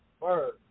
Bird